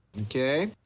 Okay